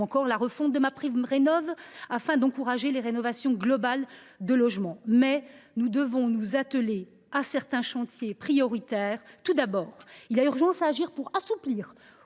encore à la refonte de MaPrimeRénov’, afin d’encourager les rénovations globales de logements. Nous devons toutefois nous atteler à certains chantiers prioritaires. Il y a tout d’abord urgence à agir pour assouplir,